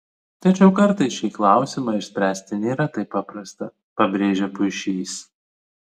tačiau kartais šį klausimą išspręsti nėra taip paprasta pabrėžia puišys